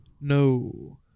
No